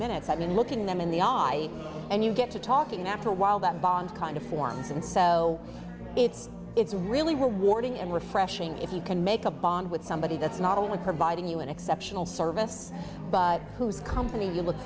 minutes i mean looking them in the eye and you get to talking after a while that bond kind of forms and so it's it's really rewarding and refreshing if you can make a bond with somebody that's not only providing you an exceptional service but whose company you look